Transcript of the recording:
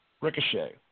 Ricochet